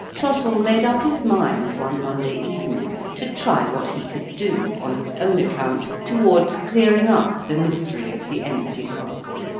trottle made up his mind, one monday evening, to try what he could do, on his own account, towards clearing up the mystery of the empty house.